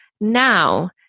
Now